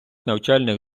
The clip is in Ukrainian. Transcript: навчальних